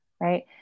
right